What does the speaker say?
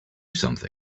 something